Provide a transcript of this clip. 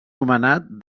nomenat